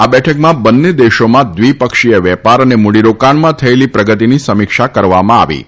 આ બેઠકમાં બંને દેશોમાં દ્વિપક્ષીય વેપાર તથા મૂડીરોકાણમાં થયેલી પ્રગતિની સમીક્ષા કરવામાં આવી હતી